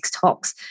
talks